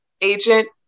agent